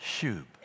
shub